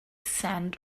sand